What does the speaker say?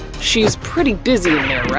she's pretty busy in there, right?